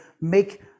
make